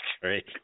great